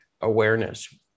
awareness